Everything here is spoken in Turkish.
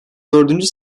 dördüncü